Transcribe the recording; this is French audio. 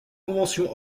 convention